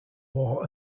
war